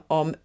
om